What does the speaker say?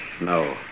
No